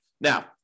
Now